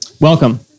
Welcome